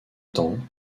temps